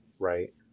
Right